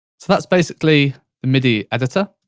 so that's basically the midi editor,